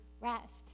rest